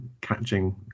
catching